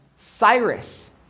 Cyrus